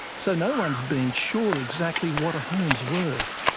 so no-one's been sure exactly what a home's worth.